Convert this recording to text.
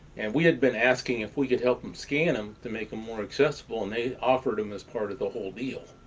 and we had been asking if we could help them scan them to make them more accessible, and they offered them as part of the whole deal.